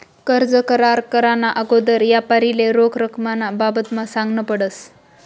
कर्ज करार कराना आगोदर यापारीले रोख रकमना बाबतमा सांगनं पडस